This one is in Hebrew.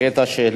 תקריא את השאלה.